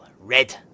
red